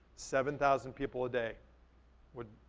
seven thousand people a day would